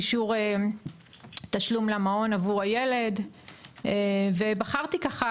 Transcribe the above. אישור תשלום למעון עבור הילד ובחרתי ככה,